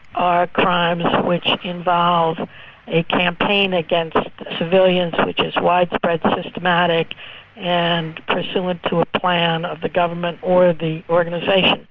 are crimes which involve a campaign against civilians which is widespread, systematic and pursuant to a plan of the government or the organisation.